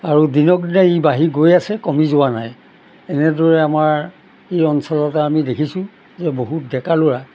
আৰু দিনক দিনে ই বাঢ়ি গৈ আছে কমি যোৱা নাই এনেদৰে আমাৰ এই অঞ্চলতে আমি দেখিছোঁ যে বহুত ডেকা ল'ৰা